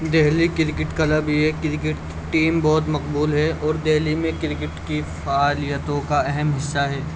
Delhi cricket club یہ cricket team بہت مقبول ہے اور دہلی میں کرکٹ کی فعالیتوں کا اہم حصہ ہے